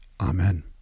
Amen